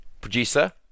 producer